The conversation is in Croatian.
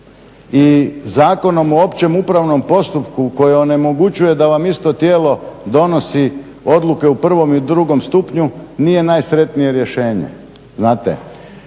i Zakonom o općem upravnom postupku koji onemogućuje da vam isto tijelo donosi odluke u prvom i drugom stupnju nije najsretnije rješenje,